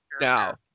Now